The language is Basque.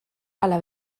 ala